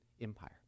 Empire